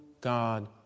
God